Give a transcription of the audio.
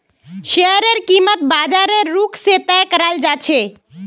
शेयरेर कीमत बाजारेर रुख से तय कराल जा छे